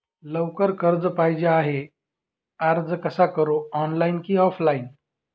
लवकर कर्ज पाहिजे आहे अर्ज कसा करु ऑनलाइन कि ऑफलाइन?